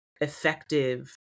effective